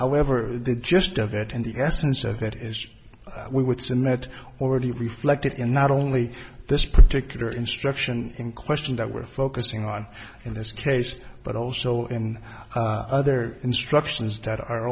however the gist of it and the essence of it is we would submit already reflected in not only this particular instruction in question that we're focusing on in this case but also in other instructions that are